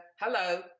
hello